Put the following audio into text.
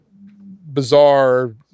bizarre